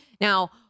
Now